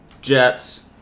Jets